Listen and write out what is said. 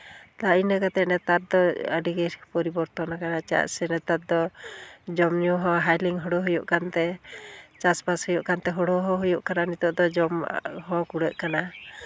ᱛᱟ ᱤᱱᱟᱹ ᱠᱟᱛᱮᱫ ᱱᱮᱛᱟᱨ ᱫᱚ ᱟᱹᱰᱤᱜᱮ ᱯᱚᱨᱤᱵᱚᱨᱛᱚᱱ ᱠᱟᱱᱟ ᱪᱮᱫᱟᱜ ᱥᱮ ᱱᱮᱛᱟᱨ ᱫᱚ ᱡᱚᱢ ᱧᱩ ᱦᱚᱸ ᱦᱟᱭᱞᱤᱝ ᱦᱩᱲᱩ ᱦᱩᱭᱩᱜ ᱠᱟᱱ ᱛᱮ ᱪᱟᱥᱼᱵᱟᱥ ᱦᱩᱭᱩᱜ ᱠᱟᱱᱛᱮ ᱦᱩᱲᱩ ᱦᱚᱸ ᱦᱩᱭᱩᱜ ᱠᱟᱱᱟ ᱱᱤᱛᱚᱜ ᱫᱚ ᱡᱚᱢ ᱚᱸ ᱠᱩᱲᱟᱹᱜ ᱠᱟᱱᱟ